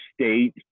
state